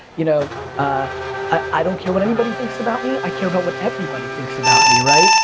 you know ah i don't care what anybody thinks about me, i care about what everybody thinks about me, right?